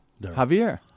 Javier